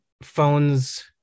phones